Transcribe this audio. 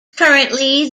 currently